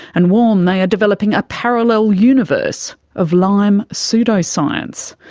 and warn they are developing a parallel universe of lyme pseudoscience.